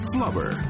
Flubber